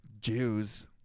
Jews